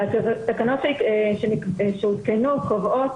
והתקנות שהותקנו קובעות